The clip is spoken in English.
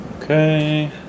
Okay